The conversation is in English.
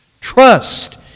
trust